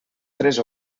tres